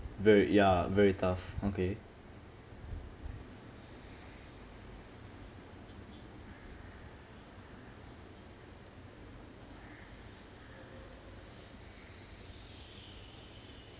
very ya very tough okay